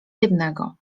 jednego